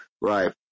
Right